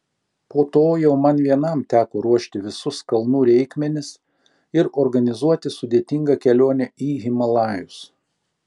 po to jau man vienam teko ruošti visus kalnų reikmenis ir organizuoti sudėtingą kelionę į himalajus